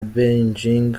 beijing